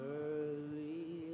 early